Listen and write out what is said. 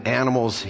animals